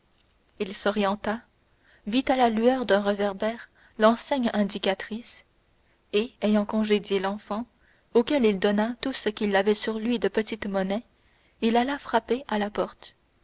il s'orienta vit à la lueur d'un réverbère l'enseigne indicatrice et ayant congédié l'enfant auquel il donna tout ce qu'il avait sur lui de petite monnaie il alla frapper à la porte